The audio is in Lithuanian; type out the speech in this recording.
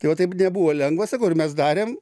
tai va taip nebuvo lengva sakau ir mes darėm